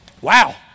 wow